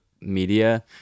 media